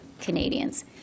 Canadians